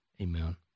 Amen